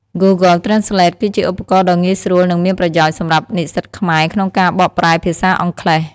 Google Translate គឺជាឧបករណ៍ដ៏ងាយស្រួល និងមានប្រយោជន៍សម្រាប់និស្សិតខ្មែរក្នុងការបកប្រែភាសាអង់គ្លេស។